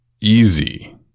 easy